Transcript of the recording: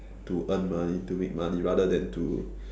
to earn money to make money rather than to